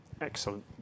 Excellent